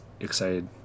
excited